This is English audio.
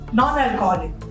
non-alcoholic